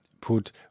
put